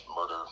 murder